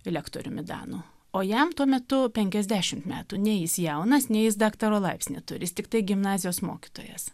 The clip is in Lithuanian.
lektoriumi danu o jam tuo metu penkiasdešimt metų nei jis jaunas nei jis daktaro laipsnį turi jis tiktai gimnazijos mokytojas